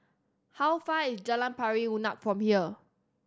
how far is Jalan Pari Unak from here